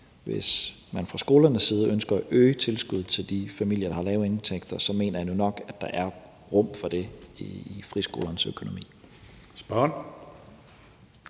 hvis man fra skolernes side ønsker at øge tilskuddet til de familier, der har lave indtægter, mener jeg nu nok, at der er rum for det i friskolernes økonomi.